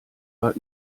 war